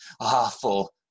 awful